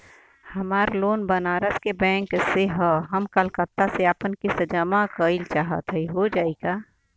हमार लोन बनारस के बैंक से ह हम कलकत्ता से आपन किस्त जमा कइल चाहत हई हो जाई का?